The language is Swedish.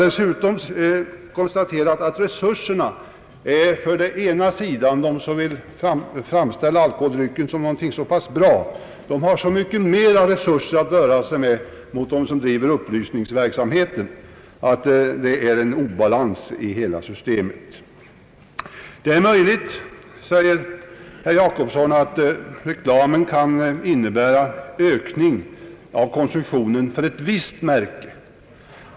Det har konstaterats att de som vill framställa alkoholen som någonting värdefullt förfogar över mycket större resurser än de som bedriver upplysningsverksamhet. Det råder obalans därvidlag. Det är möjligt, sade herr Jacobsson, att reklamen kan leda till ökning av konsumtionen för ett visst märke.